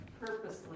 purposely